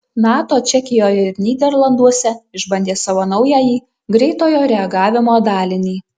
nato čekijoje ir nyderlanduose išbandė savo naująjį greitojo reagavimo dalinį